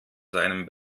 seinem